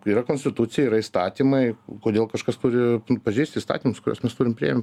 yra konstitucija yra įstatymai kodėl kažkas turi pažeist įstatymus kuriuos mes turim priėm